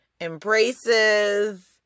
embraces